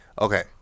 Okay